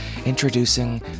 Introducing